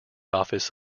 office